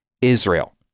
Israel